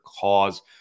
cause